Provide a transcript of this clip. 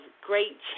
great